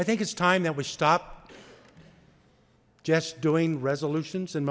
i think it's time that we stop just doing resolutions and